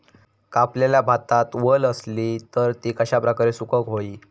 कापलेल्या भातात वल आसली तर ती कश्या प्रकारे सुकौक होई?